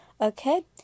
Okay